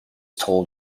told